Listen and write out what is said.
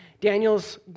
Daniel's